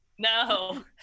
No